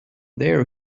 there